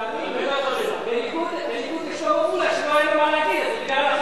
תאמין לי, בניגוד לשלמה מולה שלא היה לו מה להגיד,